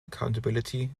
accountability